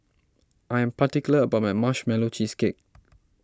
I am particular about my Marshmallow Cheesecake